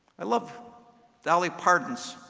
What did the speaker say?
i love dolly parton's